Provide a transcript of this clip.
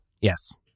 Yes